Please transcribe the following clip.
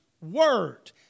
word